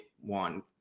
one